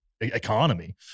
economy